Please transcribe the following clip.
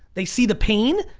they see the pain.